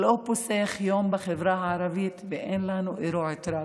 כל יום לא פוסח על החברה הערבית אירוע טרגי.